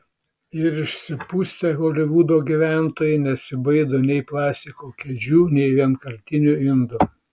ir išsipustę holivudo gyventojai nesibaido nei plastiko kėdžių nei vienkartinių indų